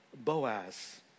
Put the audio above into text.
Boaz